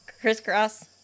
crisscross